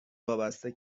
وابسته